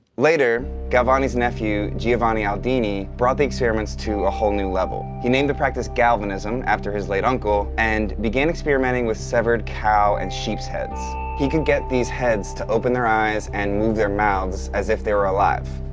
later, galvani's nephew, giovanni aldini, brought the experiments to a whole new level. he named the practice galvanism after his late uncle, uncle, and began experimenting with severed cow and sheep's heads. he could get these heads to open their eyes and move their mouths as if they were alive.